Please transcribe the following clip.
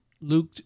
Luke